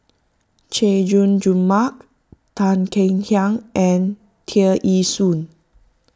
Chay Jung Jun Mark Tan Kek Hiang and Tear Ee Soon